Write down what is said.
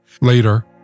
Later